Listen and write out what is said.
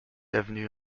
avenue